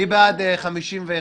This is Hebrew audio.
מי בעד?